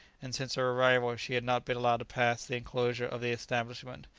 and since her arrival she had not been allowed to pass the inclosure of the establishment,